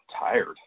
tired